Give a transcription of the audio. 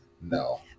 no